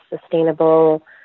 sustainable